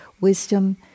wisdom